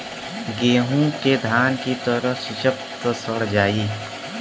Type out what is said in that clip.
गेंहू के धान की तरह सींचब त सड़ जाई